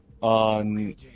on